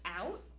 out